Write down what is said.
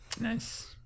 Nice